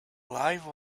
live